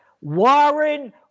Warren